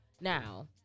Now